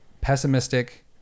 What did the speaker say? pessimistic